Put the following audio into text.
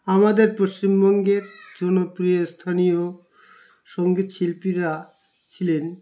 আমাদের পশ্চিমবঙ্গের জনপ্রিয় স্থানীয় সঙ্গীত শিল্পীরা ছিলেন